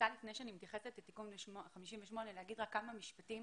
לפני שאני מתייחסת לתיקון 58 אני רוצה לומר כמה משפטים